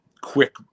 quick